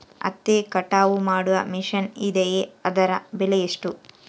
ಹತ್ತಿ ಕಟಾವು ಮಾಡುವ ಮಿಷನ್ ಇದೆಯೇ ಅದರ ಬೆಲೆ ಎಷ್ಟು?